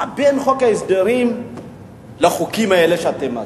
מה בין חוק ההסדרים לחוקים האלה שאתם מציעים?